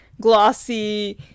glossy